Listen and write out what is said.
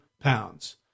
pounds